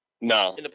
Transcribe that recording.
No